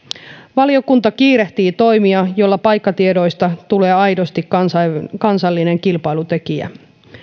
valiokunta kiirehtii toimia joilla paikkatiedoista tulee aidosti kansallinen kilpailutekijä